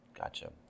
Gotcha